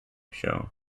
show